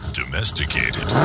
domesticated